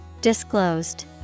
Disclosed